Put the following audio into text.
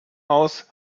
aus